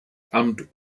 amt